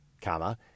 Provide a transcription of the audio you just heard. comma